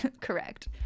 correct